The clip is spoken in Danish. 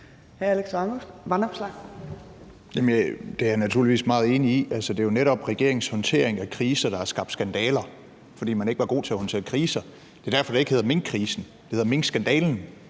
Det er jeg naturligvis meget enig i. Det er jo netop regeringens håndtering af kriser, der har skabt skandaler, fordi man ikke var god til at håndtere kriser. Det er derfor, det ikke hedder minkkrisen; det hedder minkskandalen,